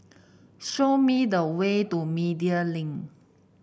show me the way to Media Link